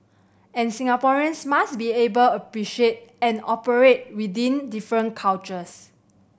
and Singaporeans must be able appreciate and operate within different cultures